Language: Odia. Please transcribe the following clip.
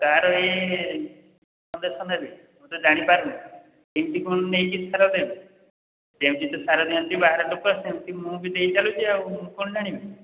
ତା'ର ଏଇ ନେବି ମୁଁ ତ ଜାଣି ପାରୁନି କେମିତି କ'ଣ ନେଇକି ସାର ଦେବି ଯେମିତି ତ ସାର ଦିଅନ୍ତି ବାହର ଲୋକ ସେମିତି ମୁଁ ବି ଦେଇ ଚାଲୁଛି ଆଉ କ'ଣ ଜାଣିବି